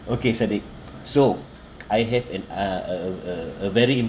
okay sadik so I have an uh a a a very